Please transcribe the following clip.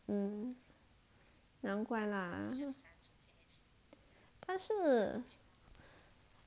hmm 难怪啦他是